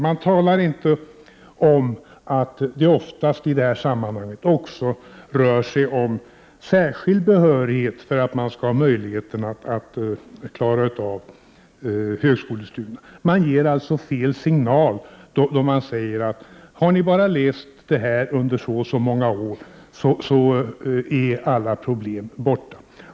Man talar inte om att det oftast i detta sammanhang också rör sig om särskild behörighet för att man skall ha möjlighet att klara av högskolestudier. Man ger alltså fel signal då man säger: Har ni bara läst detta ämne under ett visst antal år är alla problem borta.